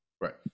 right